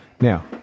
Now